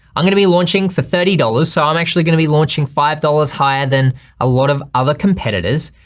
i'm gonna be launching for thirty dollars, so i'm actually gonna be launching five dollars higher than a lot of other competitors.